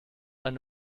eine